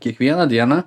kiekvieną dieną